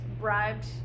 bribed